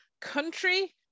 Country